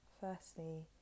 firstly